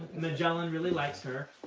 magellan really likes her.